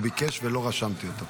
הוא ביקש ולא רשמתי אותו.